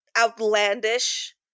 outlandish